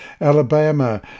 Alabama